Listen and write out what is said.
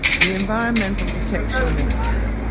the environmental protection minister,